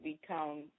become